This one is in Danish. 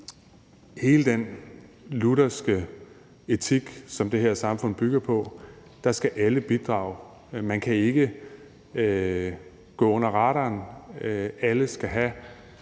hele den lutherske etik, som det her samfund bygger på. Alle skal bidrage; man kan ikke gå under radaren; alle skal have